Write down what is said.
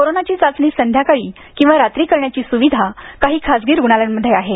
कोरोनाची चाचणी संध्याकाळी किंवा रात्री करण्याची सुविधा काही खाजगी रुग्णालयांमध्ये आहे